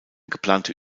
geplante